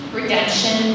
redemption